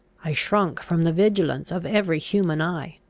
i shrunk from the vigilance of every human eye.